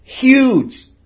Huge